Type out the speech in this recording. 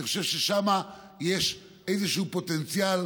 אני חושב ששם יש איזשהו פוטנציאל,